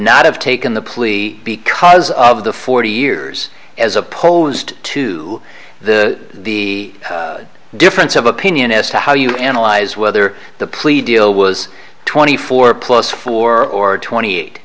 not have taken the plea because of the forty years as opposed to the the difference of opinion as to how you analyze whether the plea deal was twenty four plus four or twenty eight